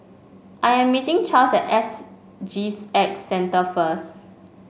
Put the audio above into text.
I am meeting Charles at S G X Centre first